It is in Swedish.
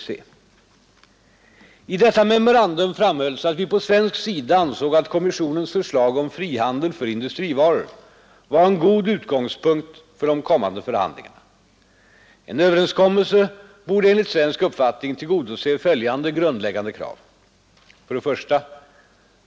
21 I detta memorandum framhölls att vi på svensk sida ansåg att kommissionens förslag om frihandel för industrivaror var en god utgångspunkt för de kommande förhandlingarna. En överenskommelse borde enligt svensk uppfattning tillgodose följande grundläggande krav. 1.